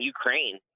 Ukraine